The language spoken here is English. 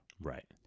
Right